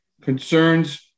concerns